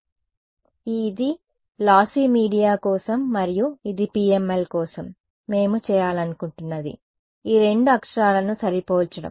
కాబట్టి ఇది lossy media కోసం మరియు ఇది PML కోసం మేము చేయాలనుకుంటున్నది ఈ రెండు అక్షరాలను సరిపోల్చడం